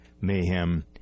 mayhem